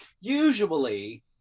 usually